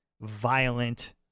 violent